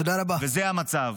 זה המצב.